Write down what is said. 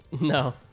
No